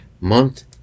month